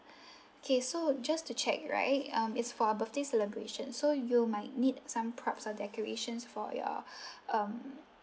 okay so just to check right um it's for a birthday celebration so you might need some props or decorations for your um